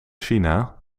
china